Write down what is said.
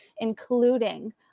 including